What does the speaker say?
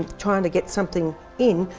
trying to get something in.